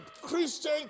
Christian